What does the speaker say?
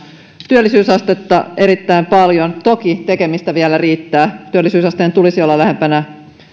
työllisyysastetta erittäin paljon toki tekemistä vielä riittää työllisyysasteen tulisi olla lähempänä